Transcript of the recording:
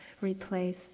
replace